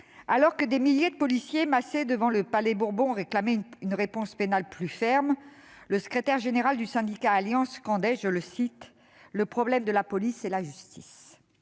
alors que des milliers de policiers, massés devant le Palais-Bourbon, réclamaient une réponse pénale plus ferme, le secrétaire général du syndicat Alliance scandait :« Le problème de la police, c'est la justice !